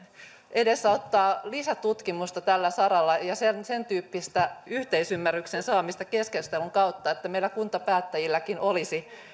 edesauttaa lisätutkimusta tällä saralla ja sentyyppistä yhteisymmärryksen saamista keskustelun kautta että meillä kuntapäättäjilläkin olisi